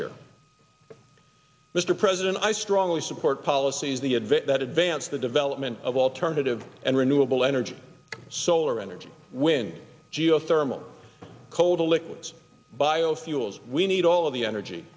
year mr president i strongly support policies the advent that advanced the development of alternative and renewable energy solar energy wind geothermal coal to liquids biofuels we need all of the energy